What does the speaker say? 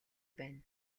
байна